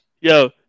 Yo